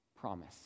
promise